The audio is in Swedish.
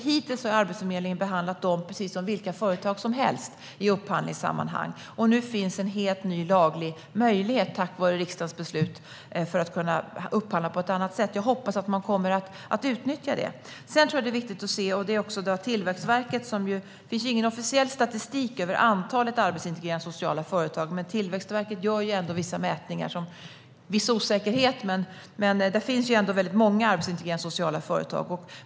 Hittills har Arbetsförmedlingen nämligen behandlat dem precis som vilka företag som helst i upphandlingssammanhang, men nu finns tack vare riksdagens beslut en helt ny laglig möjlighet att upphandla på ett annat sätt. Jag hoppas att man kommer att utnyttja det. Det finns ingen officiell statistik över antalet arbetsintegrerande sociala företag, men Tillväxtverket gör ändå vissa mätningar. Det finns viss osäkerhet i de mätningarna, men de visar att det finns väldigt många arbetsintegrerande sociala företag.